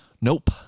Nope